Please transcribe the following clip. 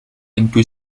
into